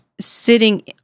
sitting